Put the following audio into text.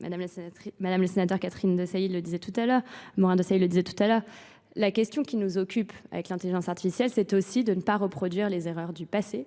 Madame le Sénateur Catherine de Seille le disait tout à l'heure, Morin de Seille le disait tout à l'heure. La question qui nous occupe avec l'intelligence artificielle, c'est aussi de ne pas reproduire les erreurs du passé